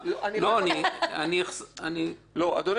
הסתכלתי על השעון, מתי התחלת.